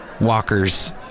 walkers